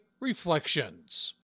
Reflections